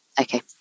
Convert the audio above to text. Okay